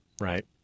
right